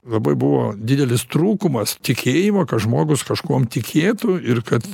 labai buvo didelis trūkumas tikėjimo kad žmogus kažkuom tikėtų ir kad